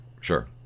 Sure